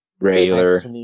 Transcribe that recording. regular